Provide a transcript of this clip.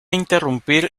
interrumpir